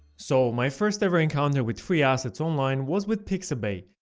so my first ever encounter with free assets online was with pixabay,